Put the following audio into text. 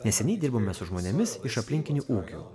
neseniai dirbome su žmonėmis iš aplinkinių ūkių